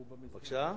בבקשה.